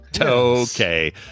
Okay